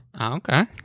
Okay